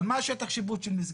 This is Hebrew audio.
אבל מה שטח השיפוט של משגב?